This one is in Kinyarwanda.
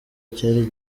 cyari